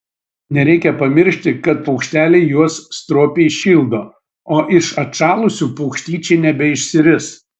nereikia pamiršti kad paukšteliai juos stropiai šildo o iš atšalusių paukštyčiai nebeišsiris